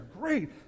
great